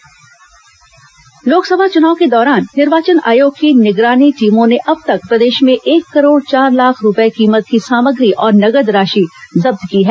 निगरानी टीम सामान जब्त लोकसभा चुनाव के दौरान निर्वाचन आयोग की निगरानी टीमों ने अब तक प्रदेश में एक करोड़ चार लाख रूपये कीमत की सामग्री और नकद राशि जब्त की हैं